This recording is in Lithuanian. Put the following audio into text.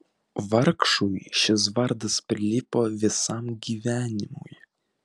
vargšui šis vardas prilipo visam gyvenimui